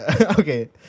Okay